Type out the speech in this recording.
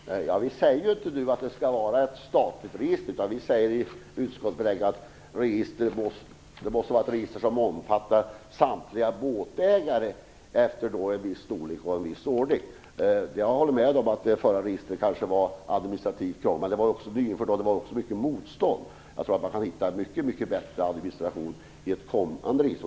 Herr talman! Vi säger inte att det skall vara ett statligt register, utan vi säger i utskottsbetänkandet att det måste vara ett register som omfattar samtliga båtar med en viss storlek och en viss ordning. Jag håller med om att det förra registret kanske var administrativt krångligt, men det var också mycket motstånd mot det. Jag tror att man kan hitta en mycket bättre administration för ett kommande register.